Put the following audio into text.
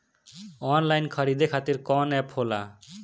Online खरीदे खातीर कौन एप होला?